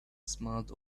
smiled